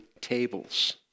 tables